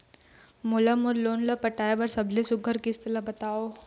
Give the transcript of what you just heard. मोला मोर लोन ला पटाए बर सबले सुघ्घर किस्त ला बताव?